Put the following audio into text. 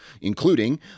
including